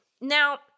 Now